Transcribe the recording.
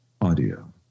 audio